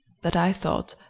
that i thought,